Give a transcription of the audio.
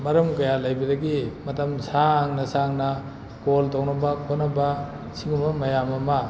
ꯃꯔꯝ ꯀꯌꯥ ꯂꯩꯕꯗꯒꯤ ꯃꯇꯝ ꯁꯥꯡꯅ ꯁꯥꯡꯅ ꯀꯣꯜ ꯇꯧꯅꯕ ꯈꯣꯠꯅꯕ ꯁꯤꯒꯨꯝꯕ ꯃꯌꯥꯝ ꯑꯃ